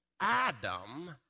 Adam